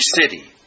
city